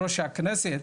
הכנסת,